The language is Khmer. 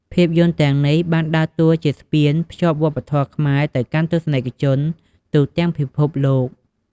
ភាពយន្តទាំងនេះបានដើរតួជាស្ពានភ្ជាប់វប្បធម៌ខ្មែរ ទៅកាន់ទស្សនិកជនទូទាំងពិភពលោក។